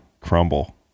crumble